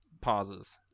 pauses